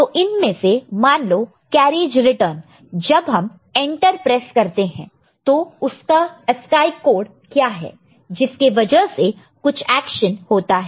तो इनमें से मान लो केरिज रिटर्न जब हम एंटर प्रेस करते हैं तो उसका ASCII कोड क्या है जिसके वजह से कुछ एक्शन होता है